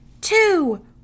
two